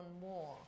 more